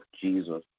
Jesus